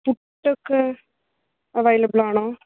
പുട്ടൊക്കെ available ആണോ